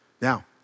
Now